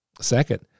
Second